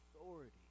authority